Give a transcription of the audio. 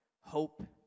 hope